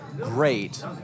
great